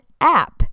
app